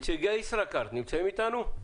נציגי ישראכרט נמצאים אתנו?